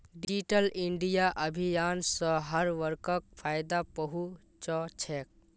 digital India अभियान स हर वर्गक फायदा पहुं च छेक